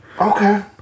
Okay